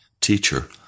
Teacher